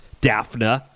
Daphne